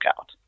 out